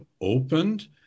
opened